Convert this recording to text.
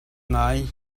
ngai